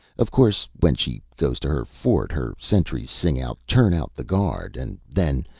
of course when she goes to her fort her sentries sing out turn out the guard and then.